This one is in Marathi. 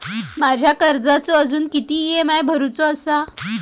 माझ्या कर्जाचो अजून किती ई.एम.आय भरूचो असा?